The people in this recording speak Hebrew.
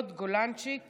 להיות גולנצ'יק